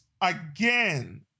again